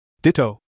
Ditto